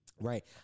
Right